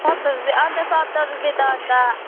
सत्तर रुपियाँ अन्त सत्तर रुपियाँ त अन्त